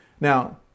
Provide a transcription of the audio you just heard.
Now